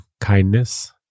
kindness